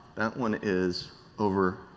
one is over